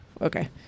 Okay